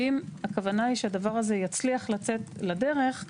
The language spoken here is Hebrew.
ואם הכוונה היא שהדבר הזה יצליח לצאת לדרך,